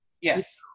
yes